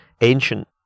ancient